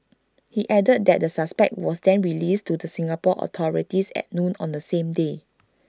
he added that the suspect was then released to the Singapore authorities at noon on the same day